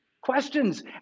questions